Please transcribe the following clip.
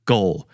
Goal